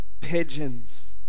pigeons